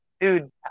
Dude